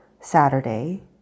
Saturday